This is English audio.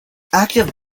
active